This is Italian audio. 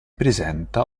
presenta